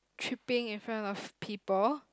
tripping in front of people